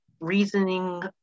reasoning